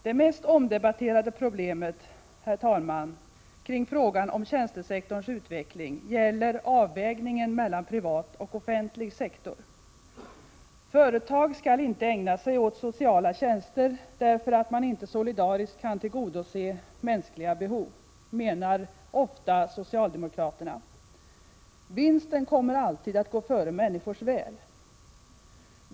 Det mest omdebatterade problemet, herr talman, kring frågan om tjänstesektorns utveckling gäller avvägningen mellan privat och offentlig sektor. Företag skall inte ägna sig åt sociala tjänster, därför att man inte solidariskt kan tillgodose mänskliga behov, menar ofta socialdemokraterna. Vinsten kommer alltid att gå före människors väl.